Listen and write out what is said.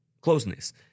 closeness